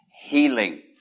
healing